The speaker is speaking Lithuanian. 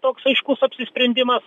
toks aiškus apsisprendimas